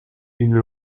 une